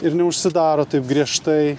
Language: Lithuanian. ir neužsidaro taip griežtai